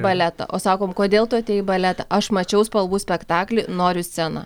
baletą o sakom kodėl tu atėjai į baletą aš mačiau spalvų spektaklį noriu į sceną